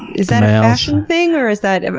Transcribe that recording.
is that a fashion thing or is that